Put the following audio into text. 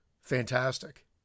fantastic